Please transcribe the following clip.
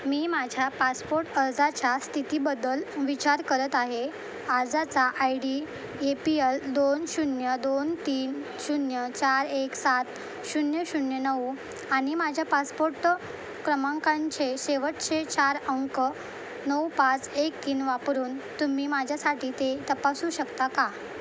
मी माझ्या पासपोट अर्जाच्या स्थितीबद्दल विचार करत आहे अर्जाचा I D A P L दोन शून्य दोन तीन शून्य चार एक सात शून्य शून्य नऊ आणि माझ्या पासपोट्ट क्रमांकांचे शेवटचे चार अंक नऊ पाच एक तीन वापरून तुम्ही माझ्यासाठी ते तपासू शकता का